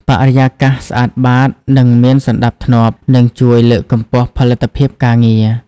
បរិយាកាសស្អាតបាត និងមានសណ្ដាប់ធ្នាប់ នឹងជួយលើកកម្ពស់ផលិតភាពការងារ។